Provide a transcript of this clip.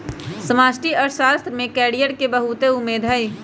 समष्टि अर्थशास्त्र में कैरियर के बहुते उम्मेद हइ